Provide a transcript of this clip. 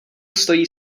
stojí